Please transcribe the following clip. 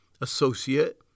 associate